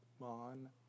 Mon